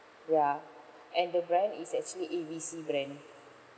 ya and the brand is actually A B C brand